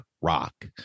rock